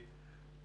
כן.